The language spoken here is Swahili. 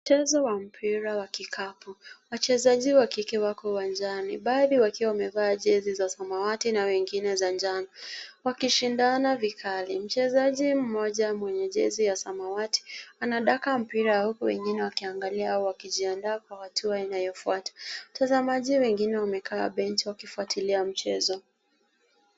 Mchezo wa mpira wa kikapu. Wachezaji wa kike wako uwanjani, baadhi wakiwa wamevaa jezi za samawati na wengine za njano, wakishindana vikali. Mchezaji mmoja mwenye jezi ya samawati anadaka mpira huku wengine wakiangalia au wakijiandaa kwa hatua inayofuata. Watazamaji wengine wamekaa benchi wakifuatilia mchezo.